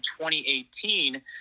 2018